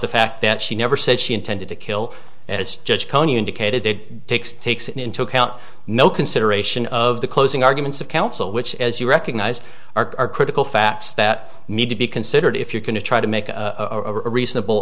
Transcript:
the fact that she never said she intended to kill as judge tony indicated it takes takes into account no consideration of the closing arguments of counsel which as you recognize arc are critical facts that need to be considered if you're going to try to make a reasonable